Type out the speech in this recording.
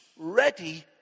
Ready